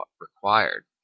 required